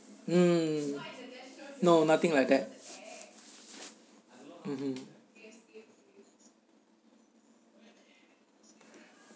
mm no nothing like that mmhmm